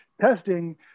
testing